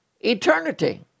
eternity